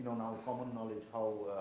now common knowledge how,